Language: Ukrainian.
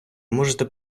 можете